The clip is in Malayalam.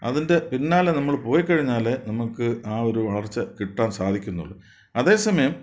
അതിൻ്റെ പിന്നാലെ നമ്മൾ പോയിക്കഴിഞ്ഞാൽ നമുക്ക് ആ ഒരു വളർച്ച കിട്ടാൻ സാധിക്കുന്നുള്ളൂ അതേസമയം